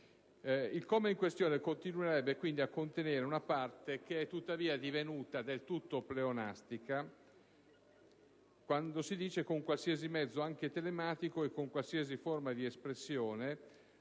Il comma in questione continuerebbe quindi a contenere una parte che è tuttavia divenuta del tutto pleonastica, quando si dice: «con qualsiasi mezzo, anche telematico, e con qualsiasi forma di espressione»,